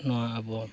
ᱱᱚᱣᱟ ᱟᱵᱚ